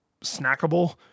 snackable